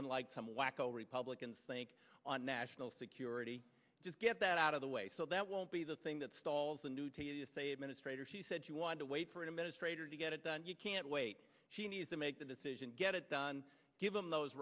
unlike some wacko republicans think on national security just get that out of the way so that won't be the thing that stalls the new t s a administrator she said she wanted to wait for an administrator to get it done you can't wait she needs to make the decision get it done give them those